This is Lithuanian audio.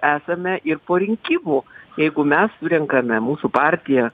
esame ir po rinkimų jeigu mes surenkame mūsų partija